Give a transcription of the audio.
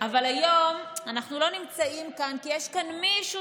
אבל היום אנחנו לא נמצאים כאן כי יש כאן מישהו